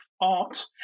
art